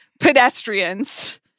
Pedestrians